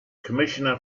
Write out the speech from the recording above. commissioner